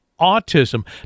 autism